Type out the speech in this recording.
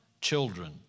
children